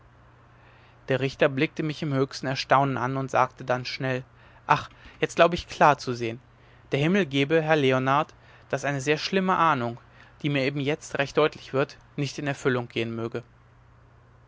der richter blickte mich im höchsten erstaunen an und sagte dann schnell ach jetzt glaube ich klar zu sehen der himmel gebe herr leonard daß eine sehr schlimme ahnung die mir eben jetzt recht deutlich wird nicht in erfüllung gehen möge